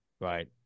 right